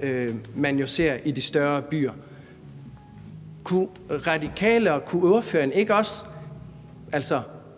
som man ser i de større byer. Kunne Radikale og kunne ordføreren ikke også